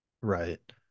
right